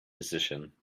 position